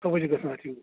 تَوے چھِ گژھان اتھ یوٗت